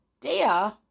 dear